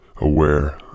aware